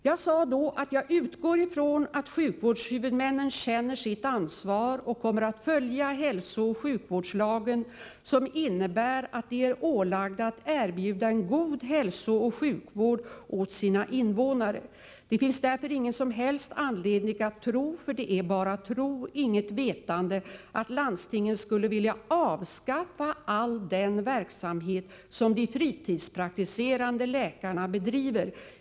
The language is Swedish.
Jag sade då att jag utgår ifrån att sjukvårdshuvudmännen känner sitt ansvar och kommer att följa hälsooch sjukvårdslagen som innebär att huvudmännen är ålagda att erbjuda sina invånare en god hälsooch sjukvård. Det finns därför ingen som helst anledning att tro — för det är bara tro, inget vetande — att landstingen skulle vilja avskaffa all den verksamhet som de fritidspraktiserande läkarna bedriver.